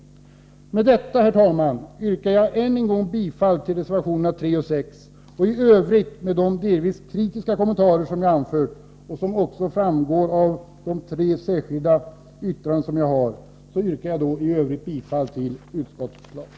Med detta, herr talman, yrkar jag än en gång bifall till reservationerna 3 och 6. Med de delvis kritiska kommentarer som jag har anfört och som också framgår av de tre särskilda yttrandena yrkar jag i övrigt bifall till utskottets hemställan.